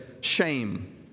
shame